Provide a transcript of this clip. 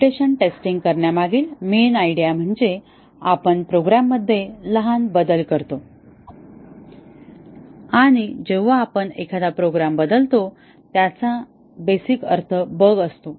mutation testing करण्यामागील main idea म्हणजे आपण प्रोग्राममध्ये लहान बदल करतो आणि जेव्हा आपण एखादा प्रोग्राम बदलतो ज्याचा बेसिक अर्थ बग असतो